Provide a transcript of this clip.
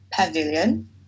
Pavilion